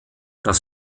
das